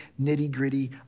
nitty-gritty